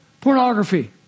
pornography